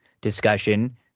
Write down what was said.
discussion